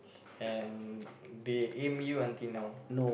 and they aim you until now